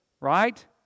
right